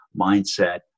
mindset